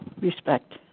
respect